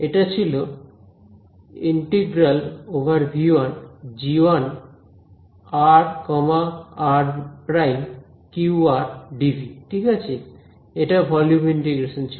এটা ছিল g1r r′QdV ঠিক আছে এটা ভলিউম ইন্টিগ্রেশন ছিল